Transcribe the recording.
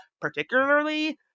particularly